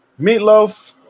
Meatloaf